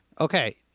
Okay